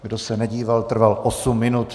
Kdo se nedíval, trval osm minut.